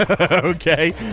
Okay